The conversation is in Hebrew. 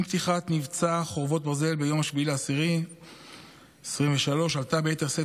עם פתיחת מבצע חרבות ברזל ביום 7 באוקטובר 2023 עלתה ביתר שאת